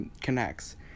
connects